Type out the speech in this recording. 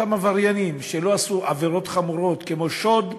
אותם עבריינים שלא עשו עבירות חמורות כמו שוד,